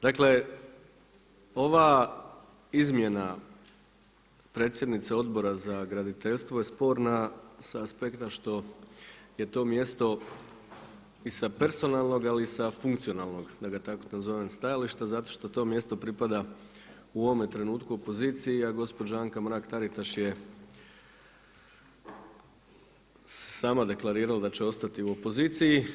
Dakle, ova izmjena predsjednice Odbora za graditeljstvo je sporna sa aspekta što je to mjesto i sa personalnog, ali i sa funkcionalnog da ga tako nazovem stajališta zato što to mjesto pripada u ovome trenutku opoziciji, a gospođa Anka Mrak Taritaš je sama deklarirala da će ostati u opoziciji.